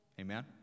Amen